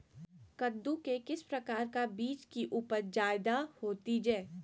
कददु के किस प्रकार का बीज की उपज जायदा होती जय?